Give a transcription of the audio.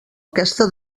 aquesta